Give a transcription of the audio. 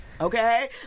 Okay